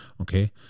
okay